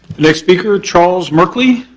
next speaker, charles merkley.